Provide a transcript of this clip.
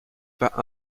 pas